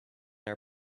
are